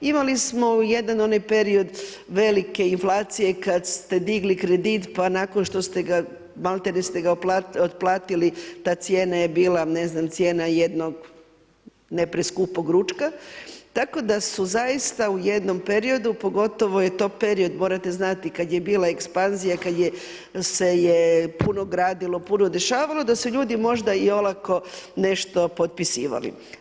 Imali smo jedan onaj period velike inflacije kad ste digli kredit pa nakon što ste ga, maltene ste ga otplatili, ta cijena je bila, ne znam cijena jednog ne preskupog ručka, tako da su zaista u jednom periodu, pogotovo je to period, morate znati kad je bila ekspanzija, kad se puno gradilo, puno dešavalo, da su ljudi možda i olako nešto potpisivali.